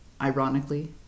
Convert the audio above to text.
Ironically